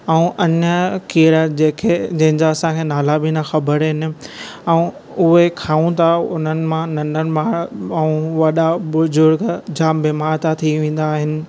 ऐं अन्य कीड़ा जेके जंहिंजा असांखे नाला बि न ख़बरु आहिनि ऐं उहे खाइनि था हुननि मां नंढनि ॿार ऐं वॾा बुजुर्ग जाम बीमार त थी वेंदा आहिनि